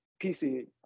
PC